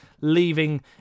leaving